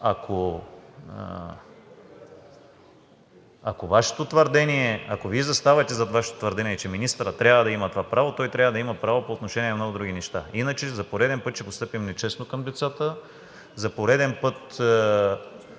ако Вие заставате зад Вашето твърдение, че министърът трябва да има това право, той трябва да има право по отношение на много други неща, иначе за пореден път ще постъпим нечестно към децата, за пореден път